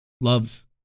loves